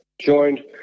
joined